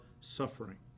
suffering